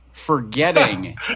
forgetting